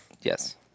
Yes